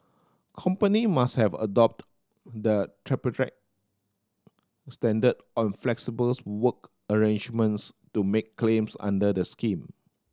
company must have adopted the standard on flexible's work arrangements to make claims under the scheme